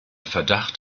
verdacht